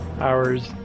hours